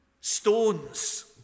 stones